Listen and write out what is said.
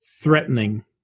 threatening